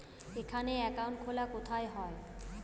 এখানে অ্যাকাউন্ট খোলা কোথায় হয়?